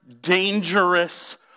dangerous